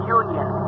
union